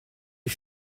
est